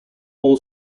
all